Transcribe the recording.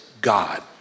God